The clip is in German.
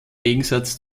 gegensatz